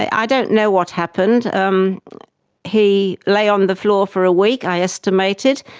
i don't know what happened. um he lay on the floor for a week i estimated,